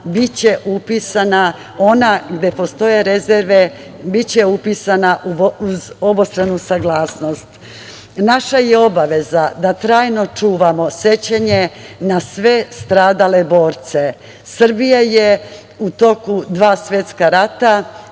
biće upisana ona, gde postoje rezerve, biće upisana uz obostranu saglasnost. Naša je obaveza da trajno čuvamo sećanje na sve stradale borce. Srbija je u toku dva svetska rata